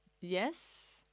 Yes